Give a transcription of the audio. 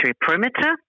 perimeter